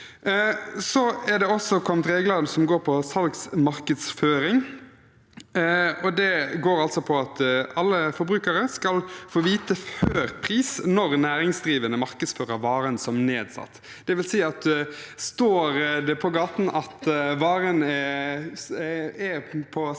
Det er også kommet regler som går på salgsmarkedsføring. Det går på at alle forbrukere skal få vite førpris når næringsdrivende markedsfører varen som nedsatt. Det vil si at står det på gaten at varen er på salg, må man